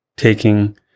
taking